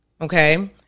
Okay